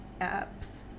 apps